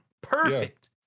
perfect